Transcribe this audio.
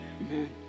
Amen